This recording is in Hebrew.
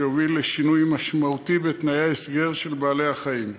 שיוביל לשינוי משמעותי בתנאי ההסגר של בעלי-החיים.